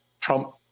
Trump